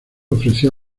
ofreció